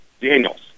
Daniels